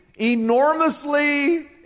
enormously